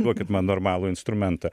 duokit man normalų instrumentą